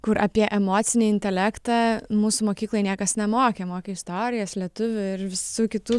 kur apie emocinį intelektą mūsų mokykloj niekas nemokė mokė istorijos lietuvių ir visų kitų